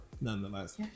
nonetheless